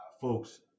folks